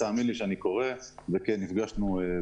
תאמין לי שאני קורא וגם נפגשנו.